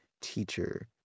teacher